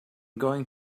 going